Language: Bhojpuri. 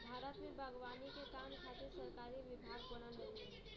भारत में बागवानी के काम खातिर सरकारी विभाग बनल हउवे